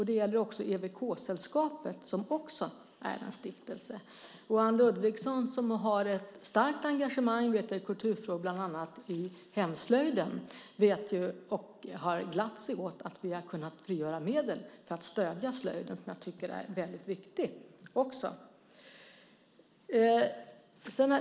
Det gäller också EWK-sällskapet, som också är en stiftelse. Anne Ludvigsson, som har ett starkt engagemang i kulturfrågor, bland annat vet jag, inom hemslöjden, vet ju och har glatt sig åt att vi har kunnat frigöra medel för att stödja slöjden, som jag också tycker är väldigt viktig.